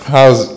How's